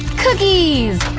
cookies!